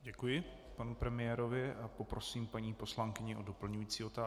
Děkuji panu premiérovi a poprosím paní poslankyni o doplňující otázku.